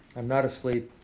i'm not asleep.